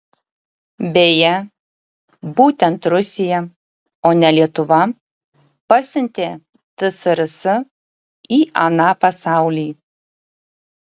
beje būtent rusija o ne lietuva pasiuntė tsrs į aną pasaulį